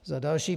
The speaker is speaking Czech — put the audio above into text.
Za další.